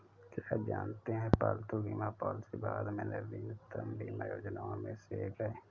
क्या आप जानते है पालतू बीमा पॉलिसी भारत में नवीनतम बीमा योजनाओं में से एक है?